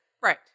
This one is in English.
Right